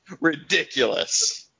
ridiculous